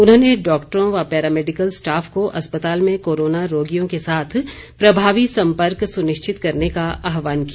उन्होंने डॉक्टरों व पैरामेडिकल स्टाफ को अस्पताल में कोरोना रोगियों के साथ प्रभावी संपर्क सुनिश्चित करने का आहवान किया